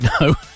no